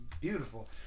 beautiful